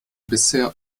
bisher